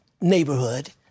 neighborhood